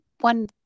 one